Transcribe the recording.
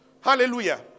Hallelujah